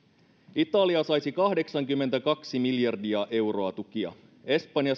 italia saisi kahdeksankymmentäkaksi miljardia euroa tukia espanja